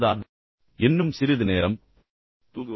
பிறகு இன்னும் சிறிது நேரம் தூங்குவதா